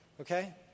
Okay